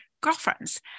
girlfriends